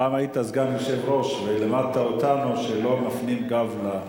פעם היית סגן יושב-ראש ולימדת אותנו שלא מפנים גב.